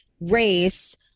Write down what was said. race